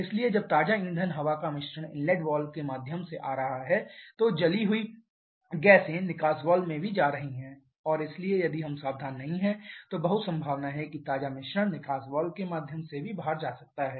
इसलिए जब ताजा ईंधन हवा का मिश्रण इनलेट वाल्व के माध्यम से आ रहा है तो जली हुई गैसें निकास वाल्व में भी जा रही हैं और इसलिए यदि हम सावधान नहीं हैं तो बहुत संभावना है कि ताजा मिश्रण निकास वाल्व के माध्यम से भी बाहर जा सकता है